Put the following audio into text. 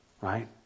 right